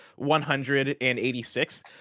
186